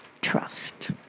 trust